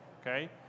okay